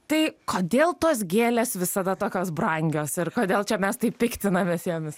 tai kodėl tos gėlės visada tokios brangios ir kodėl čia mes taip piktinamės jomis